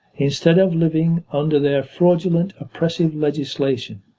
instead of living under their fraudulent oppressive legislation.